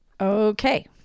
Okay